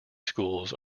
schools